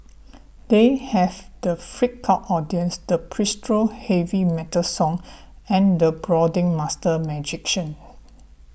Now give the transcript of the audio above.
they have the freaked out audience the pseudo heavy metal song and the brooding master magician